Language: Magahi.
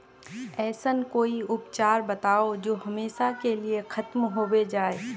ऐसन कोई उपचार बताऊं जो हमेशा के लिए खत्म होबे जाए?